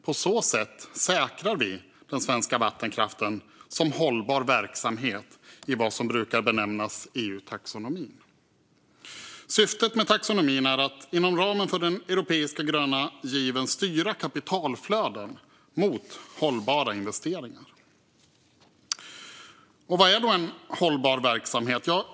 På så sätt säkrar vi den svenska vattenkraften som hållbar verksamhet i vad som brukar benämnas EU-taxonomin. Syftet med taxonomin är att inom ramen för den europeiska gröna given styra kapitalflöden mot hållbara investeringar. Vad är då en hållbar verksamhet?